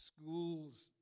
schools